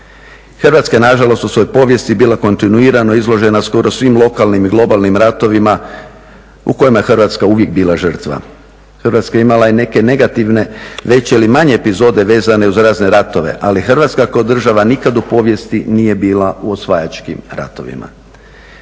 Hrvatska je nažalost u svojoj povijesti bila kontinuirano izložena skoro svim lokalnim i globalnim ratovima u kojima je Hrvatska uvijek bila žrtva. Hrvatska je imala i neke negativne veće ili manje epizode vezane uz razne ratove, ali Hrvatska kao država nikad u povijesti nije bila u osvajačkim ratovima.